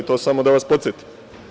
To samo da vas podsetim.